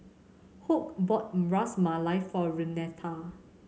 Hoke brought Ras Malai for Renata